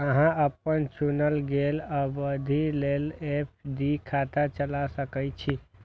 अहां अपन चुनल गेल अवधि लेल एफ.डी खाता चला सकै छी